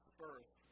first